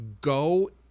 go